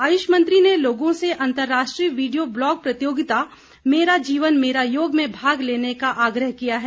आयुष मंत्री ने लोगों से अंतरराष्ट्रीय वीडियो ब्लॉग प्रतियोगिता मेरा जीवन मेरा योग में भाग लेने का आग्रह किया है